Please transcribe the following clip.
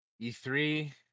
E3